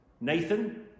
Nathan